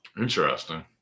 Interesting